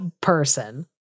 person